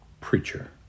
preacher